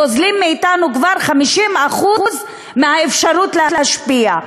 גוזלים מאתנו כבר 50% מהאפשרות להשפיע,